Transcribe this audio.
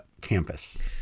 campus